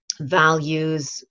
values